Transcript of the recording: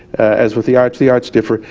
as with the arts, the arts differ.